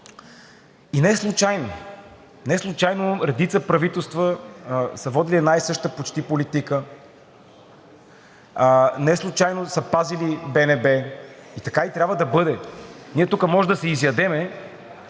И неслучайно – неслучайно редица правителства са водили една и съща почти политика, неслучайно са пазили БНБ, и така трябва да бъде. Ние тук може да се изядем,